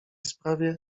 sprawie